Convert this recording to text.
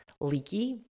leaky